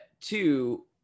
two